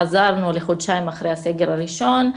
חזרנו לחודשיים אחרי הסגר הראשון,